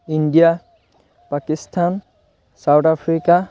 India Pakistan South Africa